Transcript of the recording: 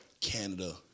Canada